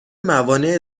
موانع